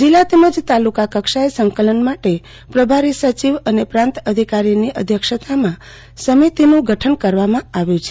જિલ્લા તેમજ તાલુકા કક્ષાએ સંકલન માટે પ્રભારી સચિવ અને પ્રાંત અધિકારીની અધ્યક્ષતામામાં સમીતીનું ગઠન કરવામાં આવ્યું છે